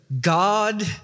God